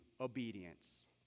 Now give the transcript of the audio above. obedience